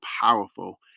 powerful